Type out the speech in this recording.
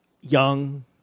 young